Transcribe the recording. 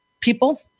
people